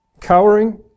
Cowering